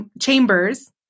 Chambers